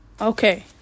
Okay